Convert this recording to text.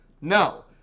No